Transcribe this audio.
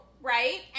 right